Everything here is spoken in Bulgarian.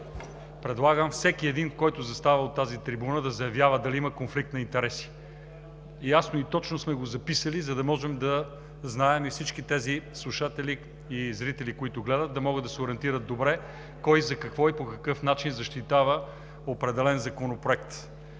предлагам всеки един, който застава на тази трибуна, да заявява дали има конфликт на интереси. Ясно и точно сме го записали, за да можем да знаем и всички тези слушатели и зрители, които гледат, да могат да се ориентират добре кой за какво и по какъв начин защитава определен законопроект.